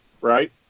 right